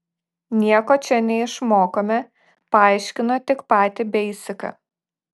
nieko čia neišmokome paaiškino tik patį beisiką